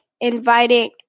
inviting